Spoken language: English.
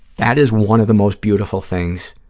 that is one of the most beautiful things